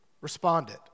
responded